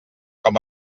com